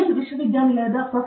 Yale ವಿಶ್ವವಿದ್ಯಾನಿಲಯದ pro